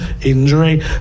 injury